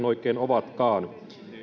oikein ovatkaan